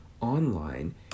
online